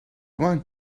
loin